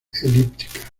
elíptica